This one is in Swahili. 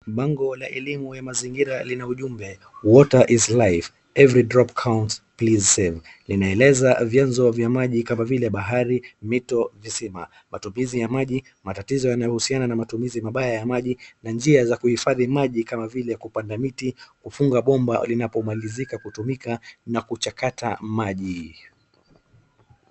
bango la elimu ya mazingira lina ujumbe water is life every drop counts please saver linaeleza vyanzo vya maji kama vile bahari ,mito, visima ,matumizi ya maji , matatizo yanayohusiana na matumizi mabaya ya maji, njia za kuhifadhii maji kama vile kupanda miti ,kufunga bomba linapomalizika kutumika na kuchakata maji